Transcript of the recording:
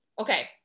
okay